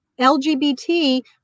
LGBT